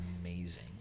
amazing